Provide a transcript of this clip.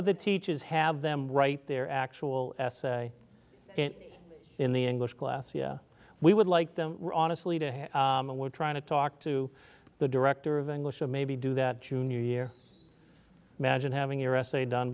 of the teachers have them write their actual essay in the english class yeah we would like them honestly to have and we're trying to talk to the director of english or maybe do that junior year imagine having your essay done